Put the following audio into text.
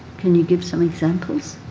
can you give some examples?